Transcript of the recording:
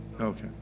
okay